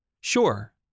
Sure